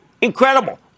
Incredible